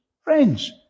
Friends